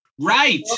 Right